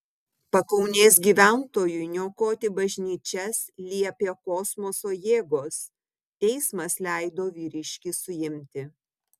pakaunės gyventojui niokoti bažnyčias liepė kosmoso jėgos teismas leido vyriškį suimti